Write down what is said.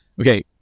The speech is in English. okay